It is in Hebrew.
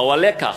מהו הלקח.